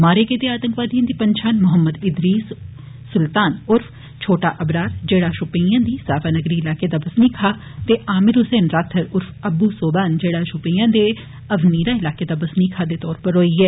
मारे गेदे आतंकवादियें दी पन्छान मोहम्मद इद्रीस सुल्तान उर्फ छोटा अबरार जेहड़ा शौपिया दी साफानागरी इलाके दा बसनीक हा ते आमिर हुसैन राथर उर्फ अब्बू सोबान जेहड़ा शौपिया दे अनीरा इलाकें दा बसनीक हा दे तौरा उप्पर होई ऐ